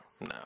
No